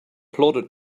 plodded